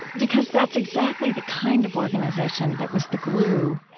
because that's exactly the kind of organization that was the glue,